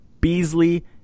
Beasley